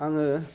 आङो